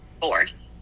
fourth